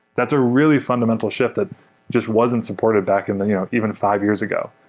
that's a really fundamental shift that just wasn't supported back and yeah even five years ago.